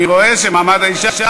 ועדת הכספים.